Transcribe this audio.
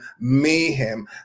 mayhem